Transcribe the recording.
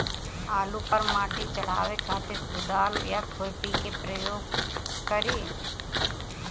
आलू पर माटी चढ़ावे खातिर कुदाल या खुरपी के प्रयोग करी?